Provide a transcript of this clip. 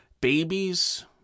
babies